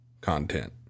content